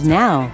now